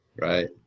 Right